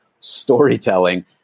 storytelling